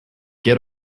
get